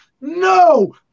No